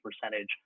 percentage